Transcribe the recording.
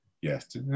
Yes